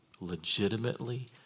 legitimately